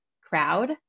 crowd